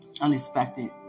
unexpected